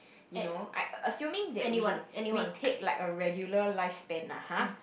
you know I assuming that we we take like a regular life stand ah ha